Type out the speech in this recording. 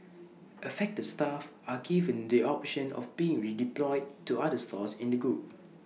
affected staff are given the option of being redeployed to other stores in the group